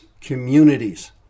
communities